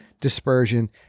dispersion